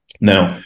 Now